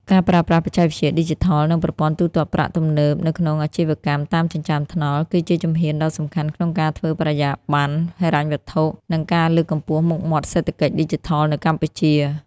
ការប្រើប្រាស់បច្ចេកវិទ្យាឌីជីថល និងប្រព័ន្ធទូទាត់ប្រាក់ទំនើបនៅក្នុងអាជីវកម្មតាមចិញ្ចើមថ្នល់ គឺជាជំហានដ៏សំខាន់ក្នុងការធ្វើបរិយាបន្នហិរញ្ញវត្ថុ និងការលើកកម្ពស់មុខមាត់សេដ្ឋកិច្ចឌីជីថលនៅកម្ពុជា។